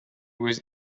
was